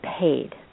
paid